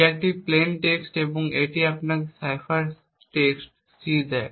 যা একটি plain text এবং এটি আপনাকে একটি সাইফার টেক্সট C দেয়